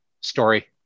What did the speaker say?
story